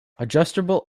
adjustable